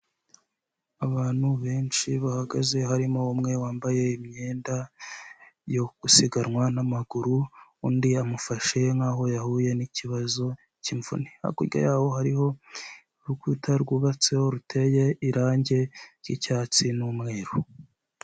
Abantu benshi bahagaze harimo umwe wambaye imyenda yo gusiganwa n'amaguru undi amufashe nkaho yahuye n'ikibazo cy'imvune. Hakurya yaho hariho urukuta rwubatseho ruteye irangi ry'icyatsi n'umweru.